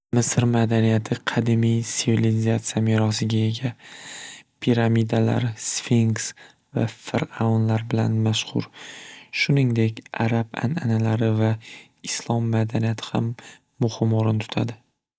Misr madaniyati qadimiy svilizatsiyaga ega piramidalar, sfinks va firavnlar bilan mashxur shuningdek arab an'analari va islom madaniyati ham muhim o'rin tutadi.